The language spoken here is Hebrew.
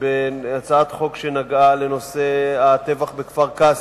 הצעת חוק שנגעה לטבח בכפר-קאסם.